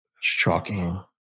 shocking